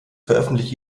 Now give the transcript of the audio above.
veröffentlicht